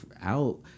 out